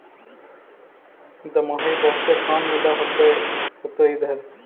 दमाहि बहुते काम मिल होतो इधर?